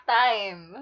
time